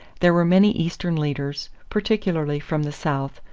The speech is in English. there were many eastern leaders, particularly from the south,